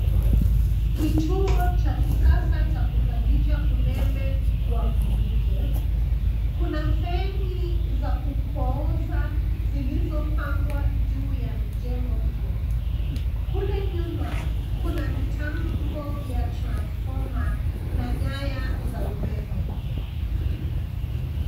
Kituo cha kisasa cha kuzalisha umeme wa mvuke. Kuna feni za kupooza zilizopangwa juu ya mijengo hio. Kule nyuma, kuna mitambo ya transformer na nyaya za umeme.